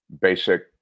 basic